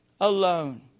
alone